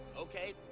Okay